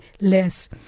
less